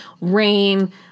rain